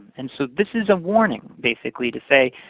and so this is a warning, basically, to say,